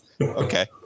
okay